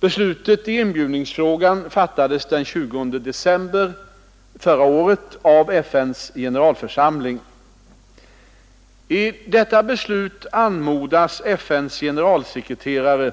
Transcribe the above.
Beslut i inbjudningsfrågan fattades den 20 december förra året av FN:s generalförsamling. I detta beslut anmodas FN:s generalsekreterare